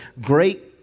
great